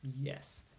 Yes